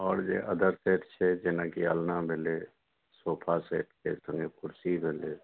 आओर जे other set छै जेना कि अलना भेलै सोफा सेटके सङ्गे कुर्सी भेलै